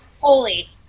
Holy